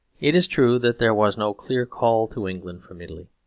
it is true that there was no clear call to england from italy,